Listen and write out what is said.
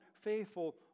faithful